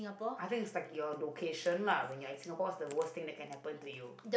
I think it's like your location lah when you're in Singapore what's the worst thing that can happen to you